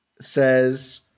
says